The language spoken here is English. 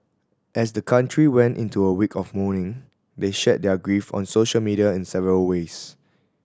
as the country went into a week of mourning they shared their grief on social media in several ways